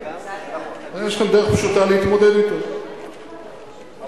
יש לכם דרך פשוטה להתמודד אתו: תתווכחו,